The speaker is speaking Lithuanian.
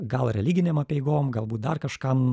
gal religinėm apeigom galbūt dar kažkam